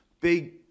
big